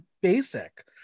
basic